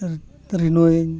renewal